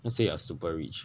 let's say you are super rich